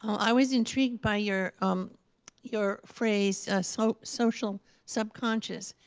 i was intrigued by your um your phrase, so social subconscious.